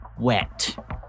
Wet